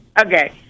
Okay